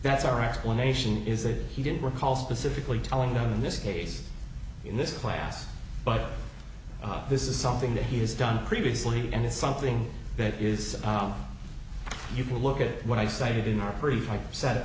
that's our explanation is that he didn't recall specifically telling them in this case in this class but oh this is something that he has done previously and it's something that is you can look at what i cited in our